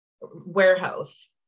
warehouse